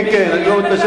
כן, כן, אני לא מתבייש.